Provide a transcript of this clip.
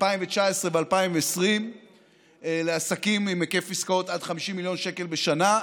2019 ו-2020 לעסקים עם היקף עסקאות של עד 50 מיליון שקל בשנה.